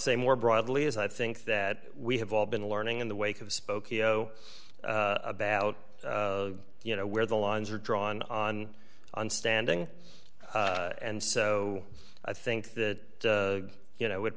say more broadly as i think that we have all been learning in the wake of spokeo about you know where the lines are drawn on on standing and so i think that you know i would